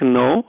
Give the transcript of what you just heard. no